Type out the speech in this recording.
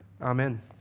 Amen